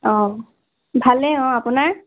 অ ভালে অঁ আপোনাৰ